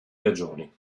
regioni